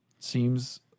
seems